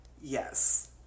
Yes